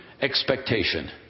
expectation